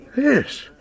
Yes